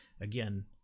again